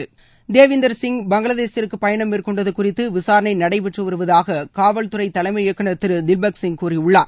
திரு தேவிந்திர் சிப் பங்களாதேசிற்கு பயணம் மேற்கொண்டது குறித்து விசாரணை நடைபெற்று வருவதாக காவல் துறை தலைமை இயக்குநர் திரு தில்பக் சிங் கூறியுள்ளார்